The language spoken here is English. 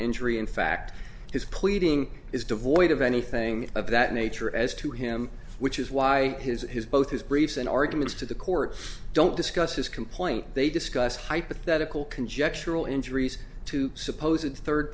injury in fact his pleading is devoid of anything of that nature as to him which is why his his both his briefs and arguments to the court don't discuss his complaint they discuss hypothetical conjectural injuries to suppose a third